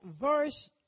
verse